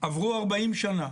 עברו 40 שנה.